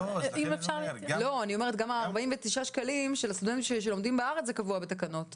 גם ההנחה של 49 שקלים לסטודנטים שלומדים בארץ קבועה בתקנות.